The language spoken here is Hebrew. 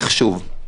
מחשוב.